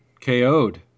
KO'd